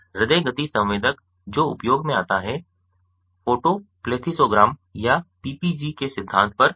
हृदय गति संवेदक जो उपयोग में आता है फोटोप्लेथिसोग्राम या पीपीजी के सिद्धांत पर आधारित है